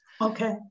Okay